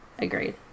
agreed